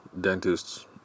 dentists